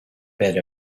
bit